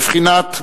בבחינת "תמימות"